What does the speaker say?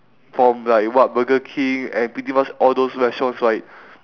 from like what burger king and pretty much all those restaurants right